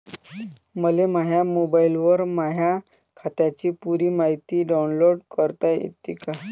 मले माह्या मोबाईलवर माह्या खात्याची पुरी मायती डाऊनलोड करता येते का?